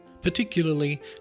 particularly